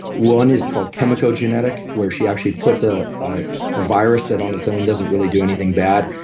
one is called chemico-genetic, where she actually puts a ah virus that on its own doesn't really do anything bad,